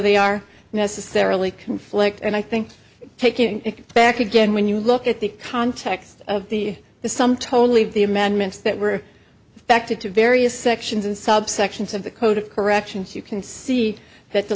they are necessarily conflict and i think taking it back again when you look at the context of the the some told leave the amendments that were affected to various sections and subsections of the code of corrections you can see that the